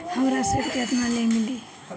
हमरा ऋण केतना ले मिली?